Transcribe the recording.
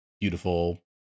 beautiful